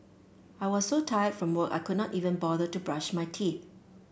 I was so tired from work I could not even bother to brush my teeth